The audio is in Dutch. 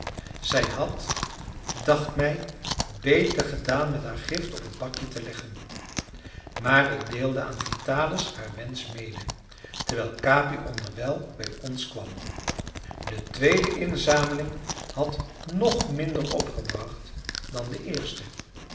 zij had dacht mij beter gedaan met haar gift op het bakje te leggen maar ik deelde aan vitalis haar wensch mede terwijl capi onderwijl bij ons kwam de tweede inzameling had nog minder opgebracht dan de eerste